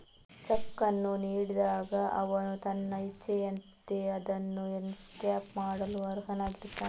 check ಅನ್ನು ನೀಡಿದಾಗ ಅವನು ತನ್ನ ಇಚ್ಛೆಯಂತೆ ಅದನ್ನು ಎನ್ಕ್ಯಾಶ್ ಮಾಡಲು ಅರ್ಹನಾಗಿರುತ್ತಾನೆ